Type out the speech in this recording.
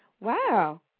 Wow